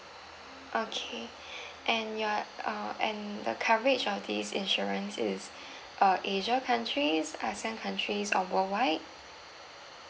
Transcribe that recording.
okay and you are uh and the coverage of this insurance is uh asia countries ASEAN countries or worldwide